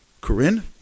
Corinne